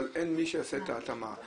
אבל אין מי שיעשה את ההתאמה,